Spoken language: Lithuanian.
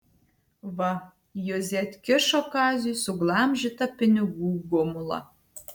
va juzė atkišo kaziui suglamžytą pinigų gumulą